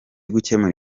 gukemura